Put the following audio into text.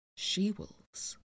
she-wolves